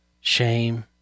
shame